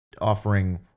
offering